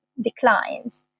declines